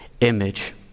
image